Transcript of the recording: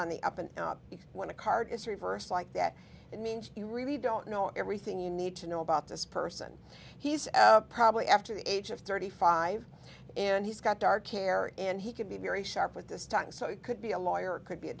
on the up and up because when a card is reversed like that it means you really don't know everything you need to know about this person he's probably after the age of thirty five and he's got dark hair and he can be very sharp with this tongue so it could be a lawyer could be a